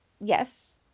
yes